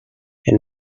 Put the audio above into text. and